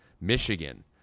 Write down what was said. Michigan